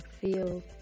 feel